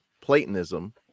Platonism